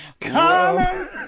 Come